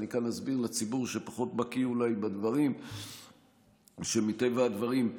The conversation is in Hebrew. אסביר כאן לציבור שפחות בקיא בדברים שמטבע הדברים,